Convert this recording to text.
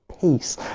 peace